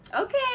Okay